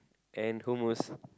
and hummus